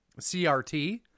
CRT